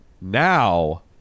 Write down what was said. Now